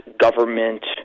government